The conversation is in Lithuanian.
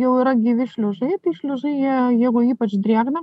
jau yra gyvi šliužai tai šliužai jie ypač drėgna